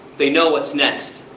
they know what's next.